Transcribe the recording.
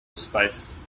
space